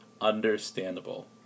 understandable